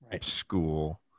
school